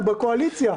הוא בקואליציה.